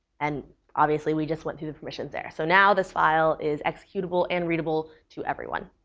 and obviously, we just went through the questions there, so now this file is executable and readable to everyone.